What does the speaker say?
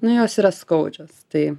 nu jos yra skaudžios tai